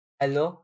hello